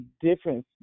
difference